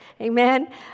amen